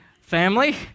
Family